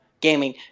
gaming